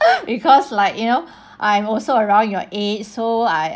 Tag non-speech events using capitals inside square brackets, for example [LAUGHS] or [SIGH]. [LAUGHS] because like you know I also around your age so I